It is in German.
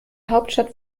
hauptstadt